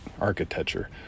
Architecture